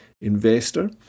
investor